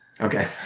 Okay